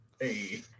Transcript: Hey